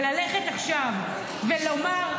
וללכת עכשיו ולומר,